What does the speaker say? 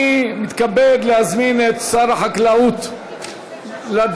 אני מתכבד להזמין את שר החקלאות לדוכן.